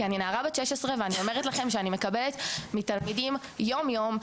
כי אני נערה בת 16 ואני אומרת לכם שאני מקבלת מתלמידים יום יום,